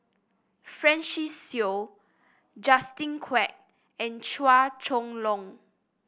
Francis Seow Justin Quek and Chua Chong Long